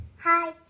Hi